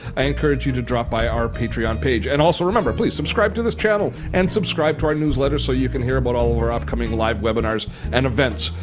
i encourage you to drop by our patreon page. and also remember, please subscribe to this channel and subscribe to our newsletter so you can hear about all of our upcoming live webinars and events.